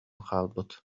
хаалбыт